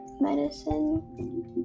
Medicine